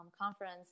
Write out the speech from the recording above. conference